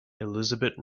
elizabeth